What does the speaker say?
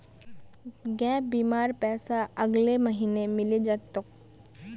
gap बीमार पैसा अगले महीने मिले जा तोक